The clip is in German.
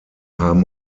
haben